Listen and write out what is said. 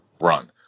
run